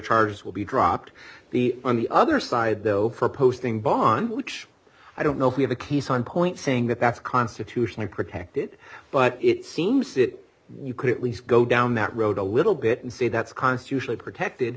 charges will be dropped the on the other side though for posting bond which i don't know if we have a case on point saying that that's constitutionally protected but it seems it you could at least go down that road a little bit and say that's constitutionally protected